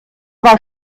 war